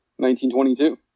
1922